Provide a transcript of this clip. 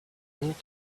need